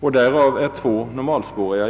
och två av dessa är normalspåriga.